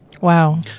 Wow